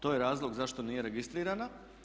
To je razlog zašto nije registrirana.